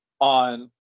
on